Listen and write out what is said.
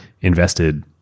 invested